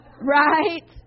Right